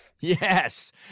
Yes